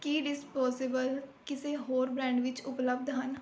ਕੀ disposable ਕਿਸੇ ਹੋਰ brand ਵਿੱਚ ਉਪਲੱਬਧ ਹਨ